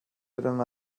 eren